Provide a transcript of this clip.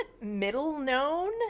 middle-known